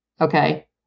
Okay